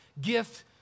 gift